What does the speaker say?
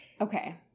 Okay